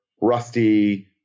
rusty